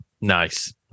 Nice